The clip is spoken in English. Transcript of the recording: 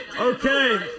Okay